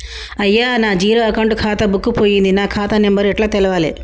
అయ్యా నా zero account ఖాతా బుక్కు పోయింది నా ఖాతా నెంబరు ఎట్ల తెలవాలే?